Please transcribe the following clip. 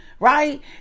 right